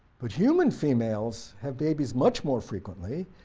but human females have babies much more frequently,